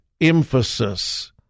emphasis